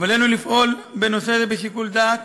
ועלינו לפעול בנושא זה בשיקול דעת